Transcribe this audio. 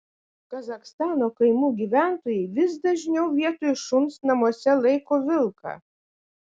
kazachstano kaimų gyventojai vis dažniau vietoj šuns namuose laiko vilką